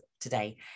today